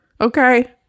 okay